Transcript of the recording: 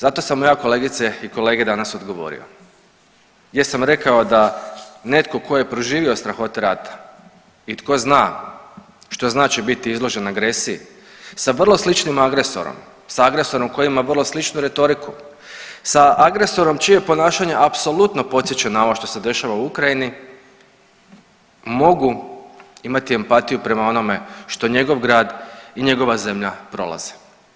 Zato sam ja kolegice i kolege danas odgovorio, gdje sam rekao da netko tko je proživio strahote rata i tko zna što znači biti izložen agresiji sa vrlo sličnim agresorom, sa agresorom koji ima vrlo sličnu retoriku, sa agresorom čije ponašanje apsolutno podsjeća na ovo što se dešava u Ukrajini mogu imati empatiju prema onome što njegov grad i njegova zemlja prolaze.